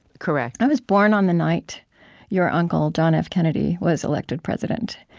correct i was born on the night your uncle, john f. kennedy, was elected president.